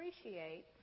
appreciate